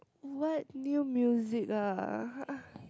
what new music ah